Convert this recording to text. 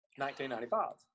1995